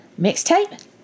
mixtape